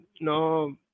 no